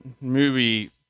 movie